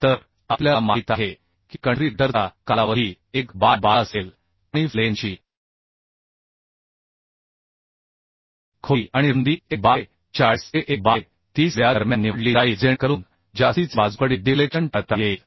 तर आपल्याला माहित आहे की कंट्री गटरचा कालावधी 1 बाय 12 असेल आणि फ्लेंजची खोली आणि रुंदी 1 बाय 40 ते 1 बाय 30 व्या दरम्यान निवडली जाईल जेणेकरून जास्तीचे बाजूकडील डिफ्लेक्शन टाळता येईल